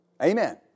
Amen